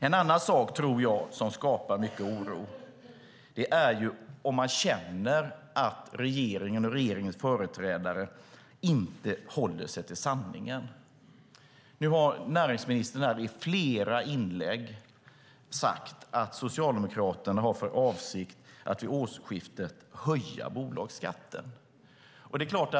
En annan sak som skapar mycket oro är om man känner att regeringens företrädare inte håller sig till sanningen. Nu har näringsministern i flera inlägg sagt att Socialdemokraterna har för avsikt att vid årsskiftet höja bolagsskatten.